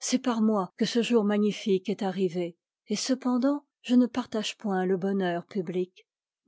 c'est par moi que ce jour magniëque est arrivé et cependant je ne partage point le bonheur publie